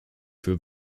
für